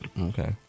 Okay